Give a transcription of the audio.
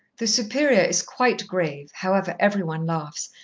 the superior is quite grave, however, every one laughs,